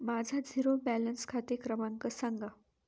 माझा zero balance खाते क्रमांक सांगा